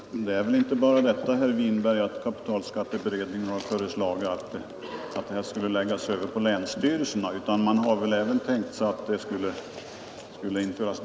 Herr talman! Det är väl inte bara det, herr Winberg, att kapitalskatte beredningen har föreslagit att det här skall läggas över på länsstyrelserna. Man har även tänkt sig att datateknik skall införas.